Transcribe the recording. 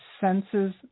senses